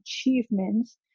achievements